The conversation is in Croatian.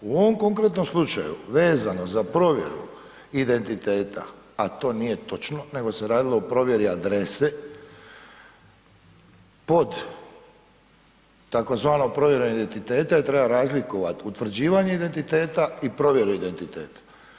U ovom konkretnom slučaju vezano za provjeru identiteta a to nije točno nego se radilo o provjeri adrese, pod tzv. provjerom identiteta i treba razlikovati utvrđivanje identiteta i provjeru identiteta.